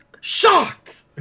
shocked